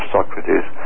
Socrates